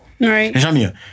Right